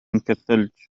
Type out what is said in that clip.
كالثلج